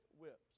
whips